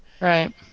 Right